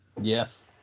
Yes